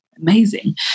Amazing